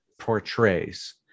portrays